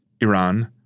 Iran